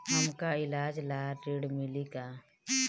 हमका ईलाज ला ऋण मिली का?